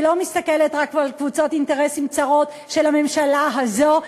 שלא מסתכלת רק על קבוצות אינטרסים צרות של הממשלה הזו,